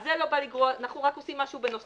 אז זה לא בא לגרוע, אנחנו רק עושים משהו בנוסף.